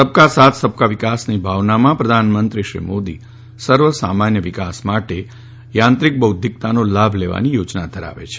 સબકા સાથ સબકા વિકાસની ભાવનામાં પ્રધાનમંત્રીશ્રી મોદી સર્વ સામાન્ય વિકાસ માટે યાંત્રિક બૌદ્ધિકતાનો લાભ લેવાની યોજના ધરાવે છે